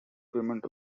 payment